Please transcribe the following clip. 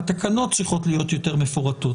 התקנות צריכות להיות יותר מפורטות.